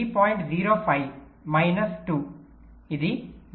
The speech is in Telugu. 05 మైనస్ 2 ఇది 1